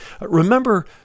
Remember